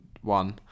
one